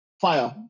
fire